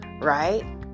right